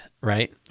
right